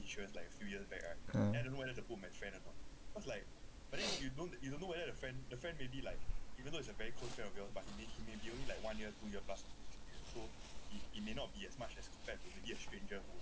uh